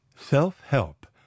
Self-Help